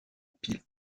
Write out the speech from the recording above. pile